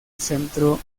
centro